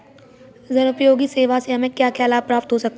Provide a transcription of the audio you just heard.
जनोपयोगी सेवा से हमें क्या क्या लाभ प्राप्त हो सकते हैं?